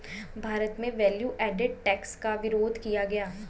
भारत में value added tax का विरोध किया गया